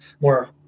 more